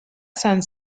san